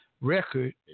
record